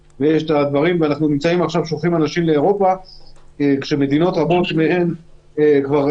אני שמח שרוב הציבור נענה ומבין והסיבה